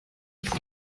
iki